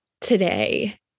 today